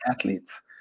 athletes